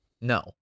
no